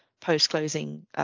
post-closing